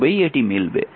তবেই এটি মিলবে